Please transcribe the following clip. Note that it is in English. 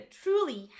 truly